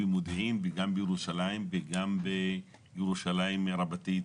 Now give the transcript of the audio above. במודיעין וגם בירושלים וגם בירושלים רבתי,